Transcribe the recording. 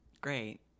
Great